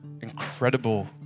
incredible